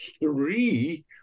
three